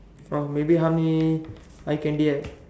oh maybe how many eye candy I